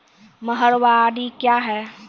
महलबाडी क्या हैं?